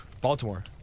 Baltimore